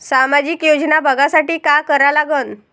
सामाजिक योजना बघासाठी का करा लागन?